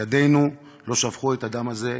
ידינו לא שפכו את הדם הזה?